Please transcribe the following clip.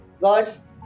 God's